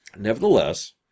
Nevertheless